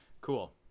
cool